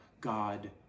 God